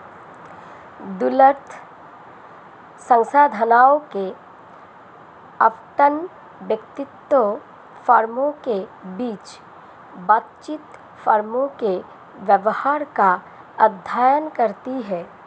दुर्लभ संसाधनों के आवंटन, व्यक्तियों, फर्मों के बीच बातचीत, फर्मों के व्यवहार का अध्ययन करती है